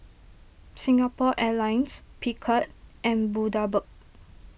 Singapore Airlines Picard and Bundaberg